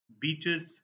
beaches